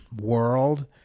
world